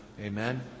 Amen